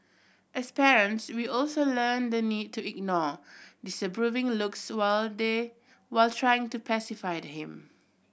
as parents we also learn the need to ignore disapproving looks while they while trying to pacified him